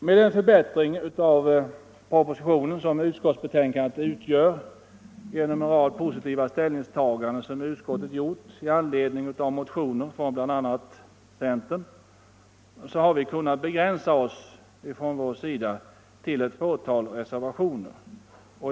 Med den förbättring av propositionen som utskottsbetänkandet utgör genom en rad positiva ställningstaganden som utskottet har gjort med anledning av motioner från bl.a. centern har vi kunnat begränsa oss till ett fåtal reservationer.